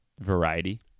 variety